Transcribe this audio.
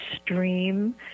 stream